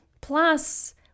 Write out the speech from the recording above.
Plus